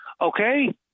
Okay